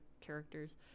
characters